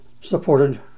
supported